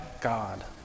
God